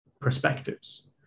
perspectives